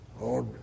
Lord